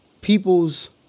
people's